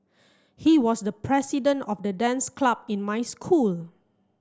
he was the president of the dance club in my school